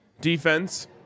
defense